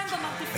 אתם במרתפים.